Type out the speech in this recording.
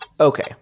Okay